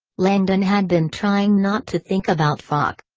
langdon had been trying not to think about fache.